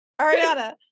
ariana